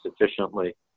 sufficiently